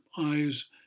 eyes